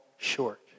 short